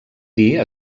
dir